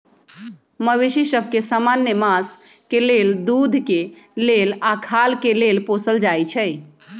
मवेशि सभ के समान्य मास के लेल, दूध के लेल आऽ खाल के लेल पोसल जाइ छइ